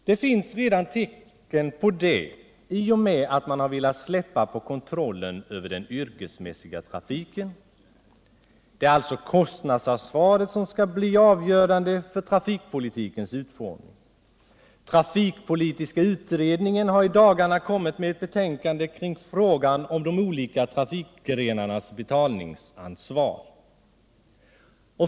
Det finns redan tecken på det i och med att man har velat släppa på kontrollen över den yrkesmässiga trafiken. Det är alltså kostnadsansvaret som skall bli avgörande för trafikpolitikens utformning. Trafikpolitiska utredningen har i dagarna kommit med ett betänkande kring frågan om de olika trafikgrenarnas betalningsansvar.